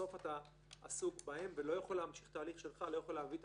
שבסוף אתה עסוק בהם ולא יכול להמשיך תהליך שלך ולא יכול להביא את